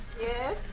Yes